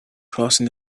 crossing